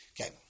Okay